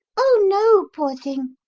oh no, poor thing!